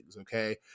okay